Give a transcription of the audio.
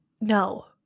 no